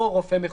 או רופא מחוזי,